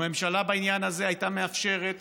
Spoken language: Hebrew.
ואם הממשלה הייתה מאפשרת